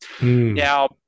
Now